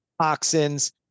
toxins